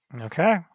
Okay